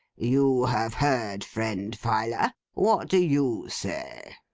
you have heard friend filer. what do you say